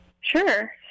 Sure